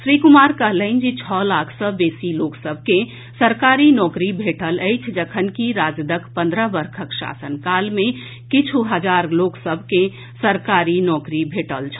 श्री कुमार कहलनि जे छओ लाख सँ बेसी लोक सभ के सरकारी नौकरी भेटल अछि जखनकि राजदक पन्द्रह वर्षक शासनकाल मे किछ् हजार लोक सभ के सरकारी नौकरी भेटल छल